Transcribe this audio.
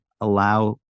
allow